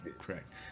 Correct